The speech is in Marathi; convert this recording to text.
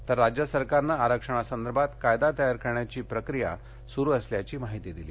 तर राज्य सरकारनं आरक्षणासंदर्भात कायदा तयार करण्याची प्रक्रिया सुरु असल्याची माहिती दिली